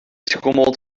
schommelt